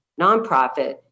nonprofit